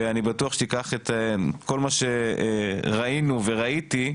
ואני בטוח שתיקח את כל מה שראינו וראיתי,